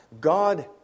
God